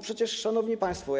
Przecież, szanowni państwo,